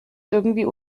irgendwie